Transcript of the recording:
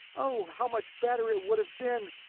oh, how much better it would have been,